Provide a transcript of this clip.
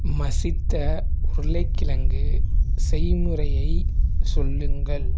மசித்த உருளைக்கிழங்கு செய்முறையை சொல்லுங்கள்